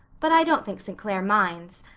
but i don't think st. clair minds.